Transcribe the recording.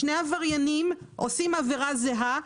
שני עבריינים עושים עבירה זהה.